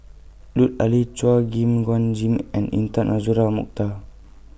Lut Ali Chua Gim Guan Jim and Intan Azura Mokhtar